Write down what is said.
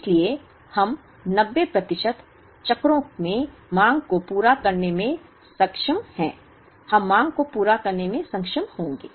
इसलिए हम 90 प्रतिशत चक्रों में मांग को पूरा करने में सक्षम हैं हम मांग को पूरा करने में सक्षम होंगे